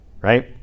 right